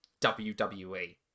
wwe